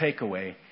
takeaway